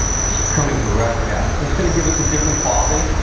it's coming directly out, so it's gonna give us a different quality,